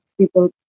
People